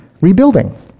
rebuilding